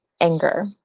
anger